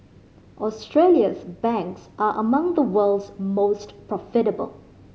Australia's banks are among the world's most profitable